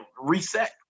reset